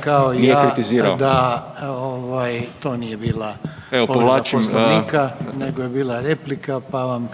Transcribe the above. Znate da to nije bila povreda Poslovnika, nego je bila replika, pa vam